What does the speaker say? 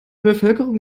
bevölkerung